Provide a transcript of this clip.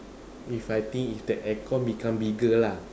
if I think if the aircon became bigger lah